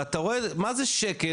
ואתה רואה מה זה שקט,